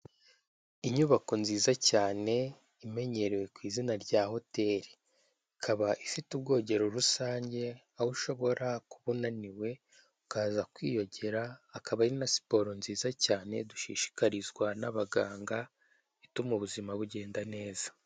Inyubako nziza cyane imenyerewe ku izina rya hoteri, ikaba ifite umwogero rusange, aho ushobora kuba unaniwe ukaza kwiyogera, akaba ari na siporo nziza cyane dushishikarizwa n'abaganga ituma ubuzima bugenda neza.